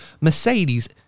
Mercedes